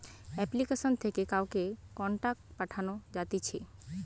application থেকে কাউকে contact পাঠানো যাতিছে